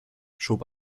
schob